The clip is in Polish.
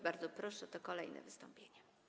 Bardzo proszę, to kolejne wystąpienie.